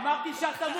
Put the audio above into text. אמרתי שאתה מוקצה.